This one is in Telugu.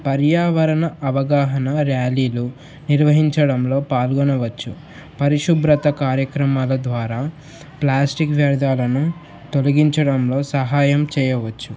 పర్యావరణ అవగాహన ర్యాలీలు నిర్వహించడంలో పాల్గొనవచ్చు పరిశుభ్రత కార్యక్రమాల ద్వారా ప్లాస్టిక్ వ్యర్థాలను తొలగించడంలో సహాయం చేయవచ్చు